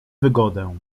wygodę